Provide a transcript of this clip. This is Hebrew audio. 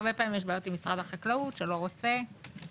הרבה פעמים יש בעיות עם משרד החקלאות שלא רוצה כל